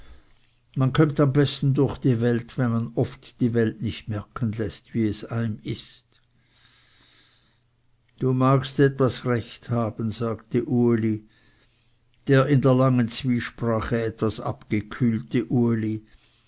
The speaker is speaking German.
man kommt am besten durch die welt wenn man oft die welt nicht merken läßt wie es eim ist du magst etwas recht haben sagte der in der langen zwiesprache etwas abgekühlte uli